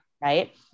Right